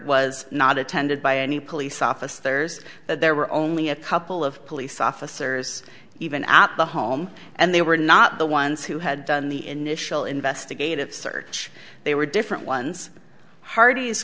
was not attended by any police officers that there were only a couple of police officers even at the home and they were not the ones who had done the initial investigative search they were different ones hard